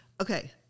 okay